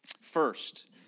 First